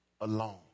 alone